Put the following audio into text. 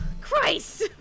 Christ